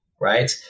right